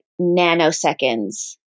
nanoseconds